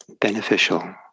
beneficial